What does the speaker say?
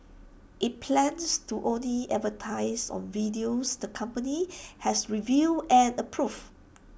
IT plans to only advertise on videos the company has reviewed and approved